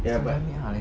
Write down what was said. ambil ah license